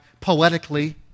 poetically